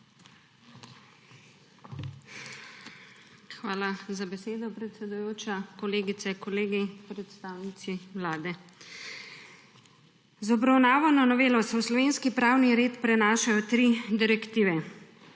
Hvala za besedo, predsedujoča. Kolegice, kolegi, predstavnici Vlade! Z obravnavano novelo se v slovenski pravni red prenašajo tri direktive.